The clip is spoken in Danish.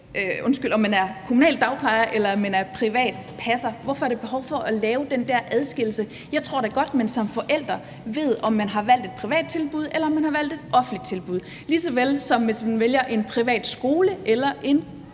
til om man er kommunal dagplejer, eller om man er privat passer. Hvorfor er der behov for at lave den der adskillelse? Jeg tror da godt, man som forælder ved, om man har valgt et privat tilbud, eller om man har valgt et offentligt tilbud, lige så vel som hvis man vælger en privat skole eller en